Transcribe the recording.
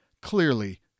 clearly